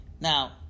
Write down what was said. Now